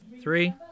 three